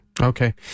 Okay